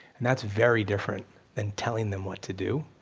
and that's very different than telling them what to do.